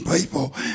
people